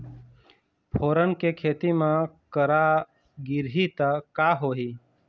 फोरन के खेती म करा गिरही त का होही?